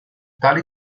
tali